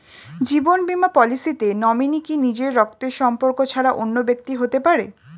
জীবন বীমা পলিসিতে নমিনি কি নিজের রক্তের সম্পর্ক ছাড়া অন্য ব্যক্তি হতে পারে?